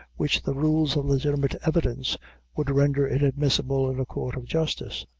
which the rules of legitimate evidence would render inadmissable in a court of justice.